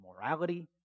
morality